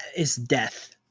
is death,